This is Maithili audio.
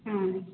हम्म